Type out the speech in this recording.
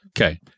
Okay